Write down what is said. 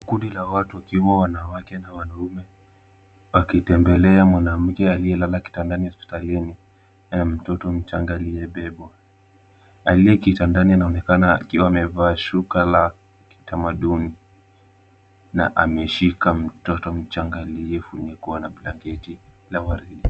Kundi la watu, wakiwa wanawake na wanaume, wakitembelea mwanamke aliyelala kitandani, hospitalini, na mtoto mchanga aliyebebwa. Aliye kitandani anaonekana akiwa amevaa shuka la kitamaduni, na ameshika mtoto mchanga aliyefunikwa na blanketi la waridi.